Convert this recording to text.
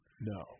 No